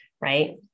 Right